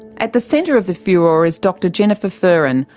at the centre of the furore is dr jennifer furin,